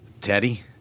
Teddy